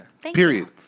Period